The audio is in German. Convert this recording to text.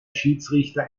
schiedsrichter